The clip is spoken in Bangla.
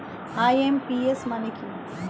আই.এম.পি.এস মানে কি?